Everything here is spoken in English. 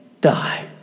die